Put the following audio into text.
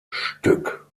stück